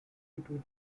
between